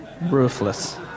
Ruthless